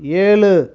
ஏழு